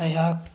ꯑꯩꯍꯥꯛ